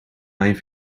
mijn